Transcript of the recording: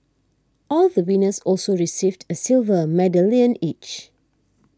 all the winners also received a silver medallion each